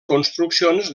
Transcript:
construccions